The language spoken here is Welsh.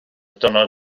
diwrnod